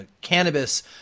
cannabis